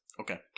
Okay